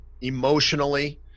emotionally